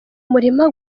murima